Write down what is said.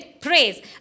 praise